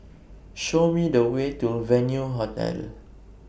Show Me The Way to Venue Hotel